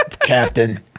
Captain